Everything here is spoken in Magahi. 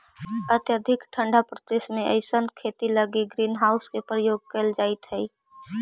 अत्यधिक ठंडा प्रदेश में अइसन खेती लगी ग्रीन हाउस के प्रयोग कैल जाइत हइ